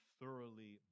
thoroughly